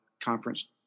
conference